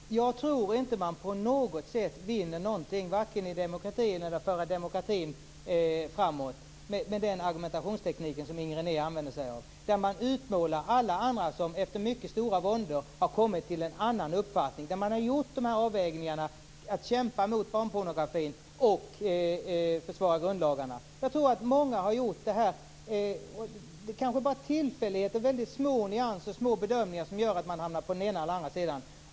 Fru talman! Jag tror inte att man med den argumentationsteknik som Inger René använder sig av på något sätt vinner någonting vare sig i fråga om demokratin eller när det gäller att föra demokratin framåt. Man utmålar ju på ett visst sätt alla andra som efter mycket stora våndor har kommit till en annan uppfattning och som gjort olika avvägningar i kampen mot barnpornografin och i försvaret av grundlagarna. Jag tror att det gäller många. Kanske är det bara tillfälligheter, eller väldigt små nyanser och bedömningar, som gör att man hamnar på den ena eller den andra sidan.